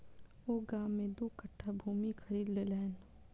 ओ गाम में दू कट्ठा भूमि खरीद लेलैन